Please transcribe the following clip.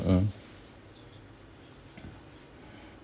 mm